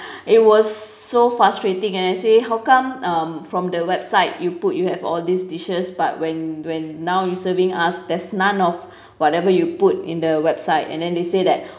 it was so frustrating and I say how come um from the website you put you have all these dishes but when when now you serving us there's none of whatever you put in the website and then they say that